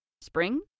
Spring